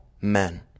men